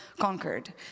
conquered